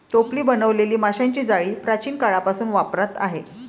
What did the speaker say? टोपली बनवलेली माशांची जाळी प्राचीन काळापासून वापरात आहे